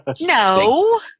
No